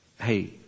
hey